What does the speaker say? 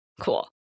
Cool